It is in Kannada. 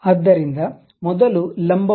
ಆದ್ದರಿಂದ ಮೊದಲು ಲಂಬವಾಗಿ